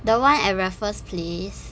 the one at raffles place